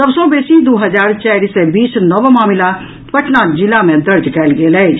सभ सॅ बेसी दू हजार चारि सय बीस नव मामिला पटना जिला मे दर्ज कयल गेल अछि